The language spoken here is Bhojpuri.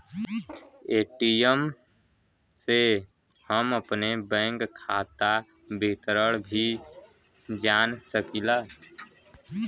ए.टी.एम से हम अपने बैंक खाता विवरण भी जान सकीला